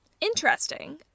interesting